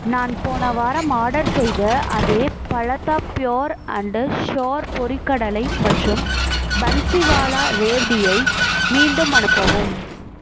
நான் போன வாரம் ஆர்டர் செய்த அதே பலதா ப்யூர் அண்ட் ஷுர் பொரிகடலை மற்றும் பன்ஸிவாலா ரேவ்டியை மீண்டும் அனுப்பவும்